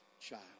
child